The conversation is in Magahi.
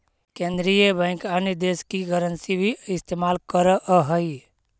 केन्द्रीय बैंक अन्य देश की करन्सी भी इस्तेमाल करअ हई